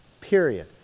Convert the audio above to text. Period